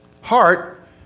heart